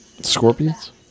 scorpions